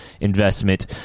investment